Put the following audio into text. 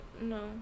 no